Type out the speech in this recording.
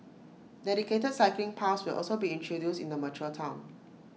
dedicated cycling paths will also be introduced in the mature Town